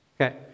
Okay